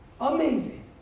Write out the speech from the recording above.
Amazing